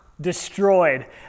destroyed